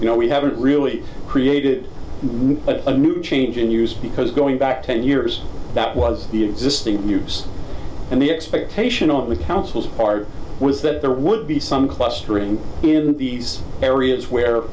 you know we haven't really created a new change in use because going back ten years that was the existing use and the expectation on the council's part was that there were would be some clustering in these areas where